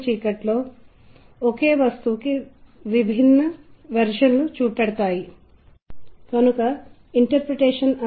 వాస్తవానికి చెప్పుకుంటే రెండు వాయిద్యాలు ఒకే స్వరాన్ని వాయిస్తున్నాయి మనకు అవి భిన్నంగా వినిపిస్తున్నాయి అని చెబుతాము